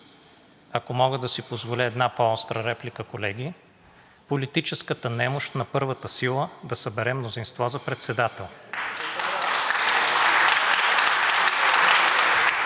ако мога да си позволя една по-остра реплика, колеги, политическата немощ на първата сила да събере мнозинство за председател